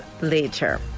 later